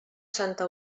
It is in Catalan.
santa